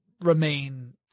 remain